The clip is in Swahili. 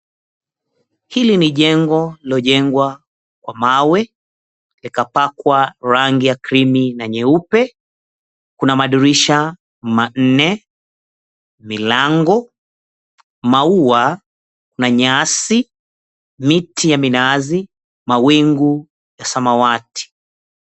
Hili ni jengo lililojengwa kwa mawe, likapakwa rangi ya crimi na na nyeupe kuna madirisha manne, milango, maua na nyasi, miti ya minazi, mawingu ya samawati.